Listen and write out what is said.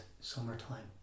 summertime